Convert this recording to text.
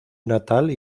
natal